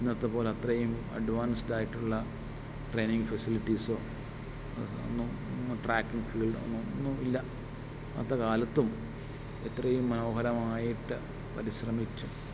ഇന്നത പോലത്രയും അഡ്വാൻസ്ഡായിട്ടുള്ള ട്രെയിനിങ് ഫെസിലിറ്റീസോ അതൊന്നും ട്രാക്കിങ് ഫീൽഡോ അങ്ങനെ ഒന്നുമില്ല അന്നത്തെ കാലത്തും ഇത്രയും മനോഹരമായിട്ടു പരിശ്രമിച്ചു